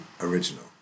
original